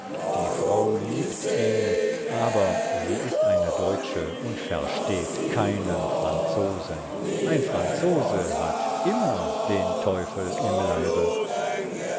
die frau liebt ihn aber sie ist eine deutsche und versteht keinen franzosen ein franzose hat immer den teufel im leibe